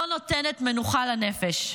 לא נותנת מנוחה לנפש.